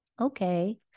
Okay